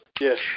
Yes